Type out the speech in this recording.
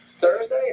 Thursday